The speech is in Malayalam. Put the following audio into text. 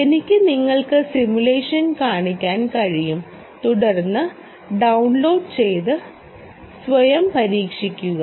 എനിക്ക് നിങ്ങൾക്ക് സിമുലേഷൻ കാണിക്കാൻ കഴിയും തുടർന്ന് ഡൌൺലോഡ് ചെയ്ത് സ്വയം പരീക്ഷിക്കുക